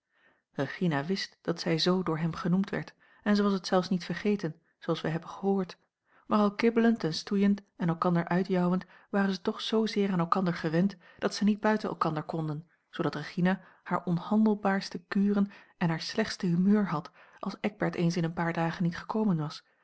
regina wist dat zij zoo door hem genoemd werd en zij was het zelfs niet vergeten zooals wij hebben gehoord maar al kibbelend en stoeiend en elkander uitjouwend waren ze toch zoozeer aan elkander gewend dat zij niet buiten elkander konden zoodat regina hare onhandelbaarste kuren en haar slechtste a l g bosboom-toussaint langs een omweg humeur had als eckbert eens in een paar dagen niet gekomen was